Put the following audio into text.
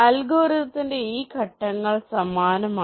അൽഗോരിതത്തിന്റെ ഈ ഘട്ടങ്ങൾ സമാനമാണ്